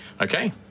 Okay